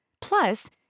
Plus